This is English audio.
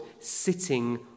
sitting